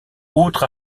autre